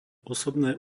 osobné